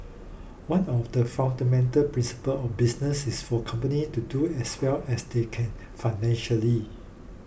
one of the fundamental principle of business is for company to do as well as they can financially